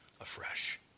afresh